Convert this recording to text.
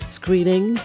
screening